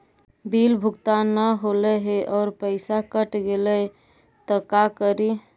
Bill भुगतान न हौले हे और पैसा कट गेलै त का करि?